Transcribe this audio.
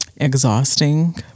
exhausting